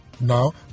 Now